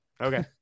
Okay